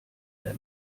der